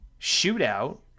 shootout